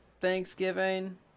thanksgiving